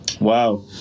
Wow